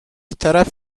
طرف